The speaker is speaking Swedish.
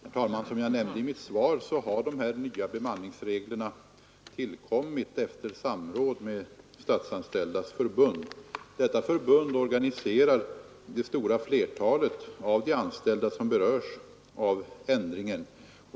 Herr talman! Som jag nämnde i mitt svar har de här nya bemanningsreglerna tillkommit efter samråd med Statsanställdas förbund. Detta förbund organiserar det stora flertalet av de anställda som berörs av ändringen.